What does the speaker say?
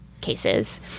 cases